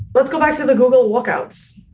let's go back to the google walkouts.